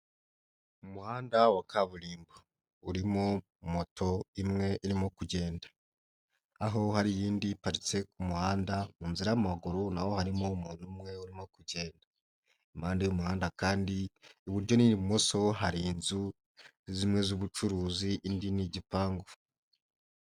Umuhanda wa kaburimbo. Urimo moto imwe irimo kugenda. Aho hari iyindi iparitse ku muhanda, mu nzira y'amaguru na ho harimo umuntu umwe urimo kugenda. Impande y'umuhanda kandi iburyo n'ibumoso hari inzu, zimwe z'ubucuruzi indi ni igipangu.